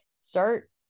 start